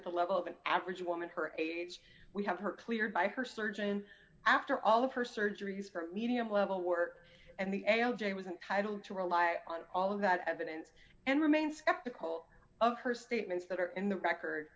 at the level of an average woman her age we have her cleared by her surgeon after all of her surgeries for medium level work and the o j was entitle to rely on all of that evidence and remain skeptical of her statements that are in the record